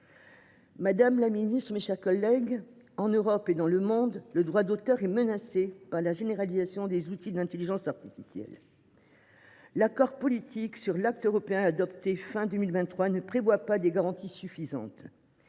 Madame la secrétaire d’État, mes chers collègues, en Europe et dans le monde, le droit d’auteur est menacé par la généralisation des outils d’intelligence artificielle. L’accord politique sur l’acte européen adopté à la fin de 2023 ne prévoit pas de garanties suffisantes,